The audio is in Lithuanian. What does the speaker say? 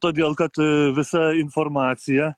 todėl kad visa informacija